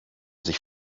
sich